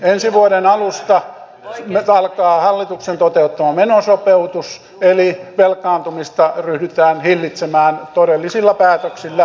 ensi vuoden alusta alkaa hallituksen toteuttama menosopeutus eli velkaantumista ryhdytään hillitsemään todellisilla päätöksillä kipeillä päätöksillä